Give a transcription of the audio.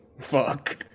Fuck